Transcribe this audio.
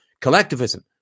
collectivism